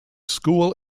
school